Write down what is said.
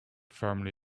firmly